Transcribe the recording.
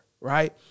right